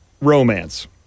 Romance